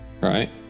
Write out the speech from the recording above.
right